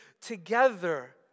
together